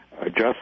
adjust